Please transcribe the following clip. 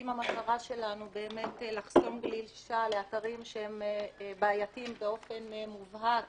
אם המטרה שלנו באמת לחסום גלישה לאתרים שהם בעייתיים באופן מובהק